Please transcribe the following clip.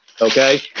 Okay